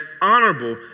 honorable